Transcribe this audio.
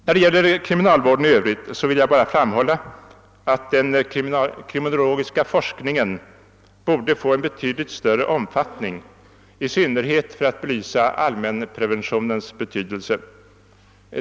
När det gäller kriminalvården i övrigt vill jag bara framhålla att den kriminologiska forskningen borde få en betydligt större omfattning, i synnerhet för att belysa allmänpreventionens betydelse.